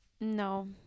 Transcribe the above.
No